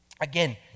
Again